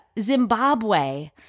Zimbabwe